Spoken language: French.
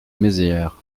mézières